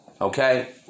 Okay